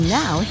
now